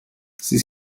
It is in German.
sie